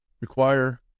require